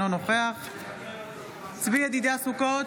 אינו נוכח צבי ידידיה סוכות,